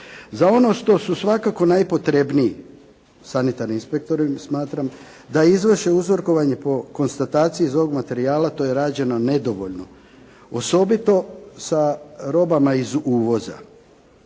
Za ono što su svakako najpotrebniji sanitarni inspektori, smatram da izvrše uzorkovanje po konstataciji iz ovog materijala, to je rađeno nedovoljno, osobito sa roba iz uvoza.